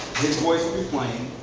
his voice would be playing,